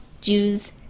jews